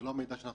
המידע שקיבלנו.